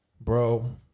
Bro